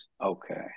Okay